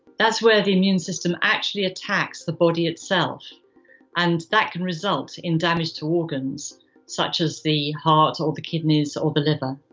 that's where the immune system actually attacks the body itself and that can result in damage to organs such as the heart or the kidneys or the liver.